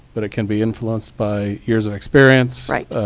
but it can be influenced by years of experience right.